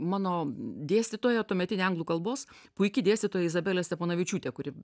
mano dėstytoja tuometinė anglų kalbos puiki dėstytoja izabelė steponavičiūtė kuri